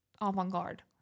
avant-garde